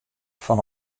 fan